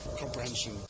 comprehension